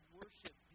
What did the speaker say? worship